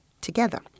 together